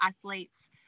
athletes